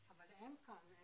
כאן אני